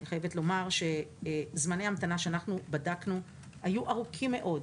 אני חייבת לומר שזמני המתנה שאנחנו בדקנו היו ארוכים מאוד.